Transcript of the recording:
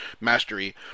mastery